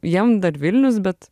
jiem dar vilnius bet